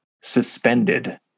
suspended